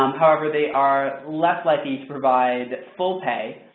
um however, they are less likely to provide full pay,